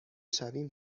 شویم